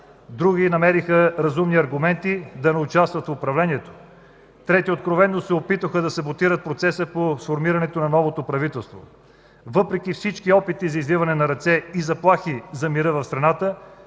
други намериха разумни аргументи да не участват в управлението, трети откровено се опитаха да саботират процеса по сформиране на новото правителство. Въпреки всички опити за извиване на ръце и заплахи за мира в страната,